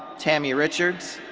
tammy richards,